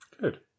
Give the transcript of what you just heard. Good